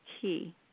key